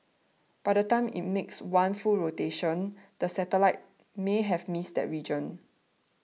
by the time it makes one full rotation the satellite may have missed that region